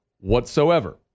whatsoever